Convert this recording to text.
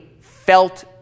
felt